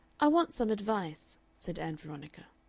i want some advice, said ann veronica.